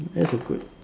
that's a good